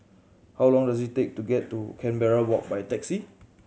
how long does it take to get to Canberra Walk by taxi